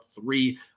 three